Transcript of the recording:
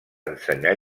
ensenyar